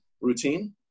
routine